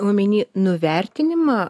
omeny nuvertinimą